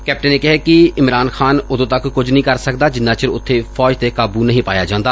captain ਨੇ ਕਿਹਾ ਕਿ ਇਮਰਾਨ ਖਾਨ ਉਦੋਂ ਤੱਕ ਕੱਲੂ ਨਹੀਂ ਕਰ ਸਕਦਾ ਜਿਨੂਾਂ ਚਿਰ ਉਥੇ ਫੌਜ ਤੇ ਕਾਬੁ ਨਹੀਂ ਪਾਇਆ ਜਾਂਦਾ